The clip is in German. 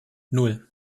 nan